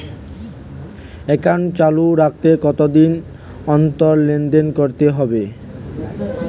Account চালু রাখতে কতদিন অন্তর লেনদেন করতে হবে?